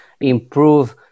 improve